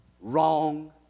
Wrong